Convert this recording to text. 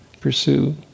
pursue